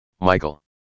Michael